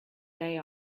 day